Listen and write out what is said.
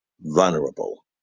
vulnerable